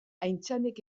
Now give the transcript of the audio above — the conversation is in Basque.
aintzanek